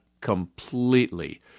completely